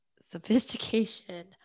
Sophistication